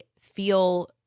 feel